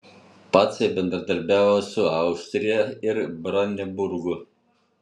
pacai bendradarbiavo su austrija ir brandenburgu